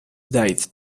died